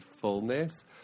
fullness